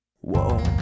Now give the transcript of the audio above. Whoa